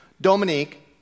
Dominique